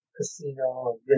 Casino